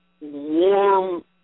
warm